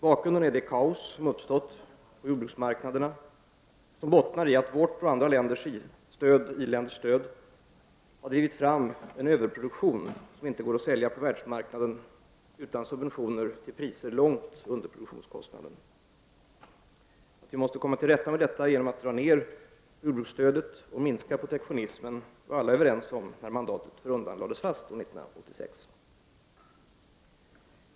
Bakgrunden är det kaos som uppstått på jordbruksmarknaderna och som bottnar i att vårt och andra i-länders stöd drivit fram en överproduktion som inte går att sälja på världsmarknaden utan subventioner till priser långt under produktionskostnaden. Att vi måste komma till rätta med detta genom att dra ner på jordbruksstödet och minska protektionismen var alla överens om när mandatet för rundan lades fast 1986.